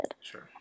Sure